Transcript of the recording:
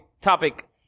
topic